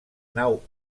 nau